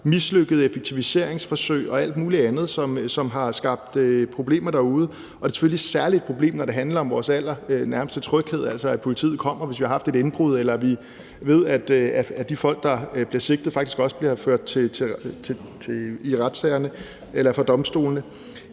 mislykkede effektiviseringsforsøg og alt muligt andet, som har skabt problemer derude. Det er selvfølgelig særlig et problem, når det handler om vores allernærmeste tryghed, altså at politiet kommer, hvis vi har haft indbrud, eller at vi ved, at de folk, der bliver sigtet, faktisk også bliver ført for domstolene.